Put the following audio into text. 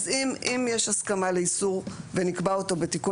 אם יש הסכמה לאיסור ונקבע אותו בתיקון